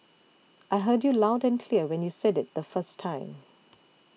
I heard you loud and clear when you said it the first time